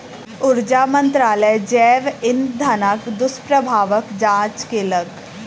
ऊर्जा मंत्रालय जैव इंधनक दुष्प्रभावक जांच केलक